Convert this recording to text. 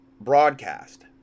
broadcast